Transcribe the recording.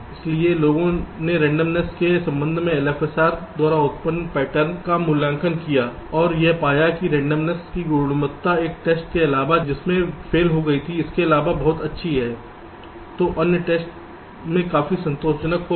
इसलिए लोगों ने रंडोमनेस के संबंध में LFSR द्वारा उत्पन्न पैटर्न का मूल्यांकन किया है और यह पाया गया है कि रंडोमनेस की गुणवत्ता एक टेस्ट के अलावा जिसमें फेल हो गई थी उसके अलावा बहुत अच्छी है जो अन्य टेस्ट में काफी संतोषजनक हो जाती है